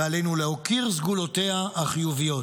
ועלינו להוקיר סגולותיה החיוביות.